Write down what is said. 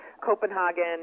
Copenhagen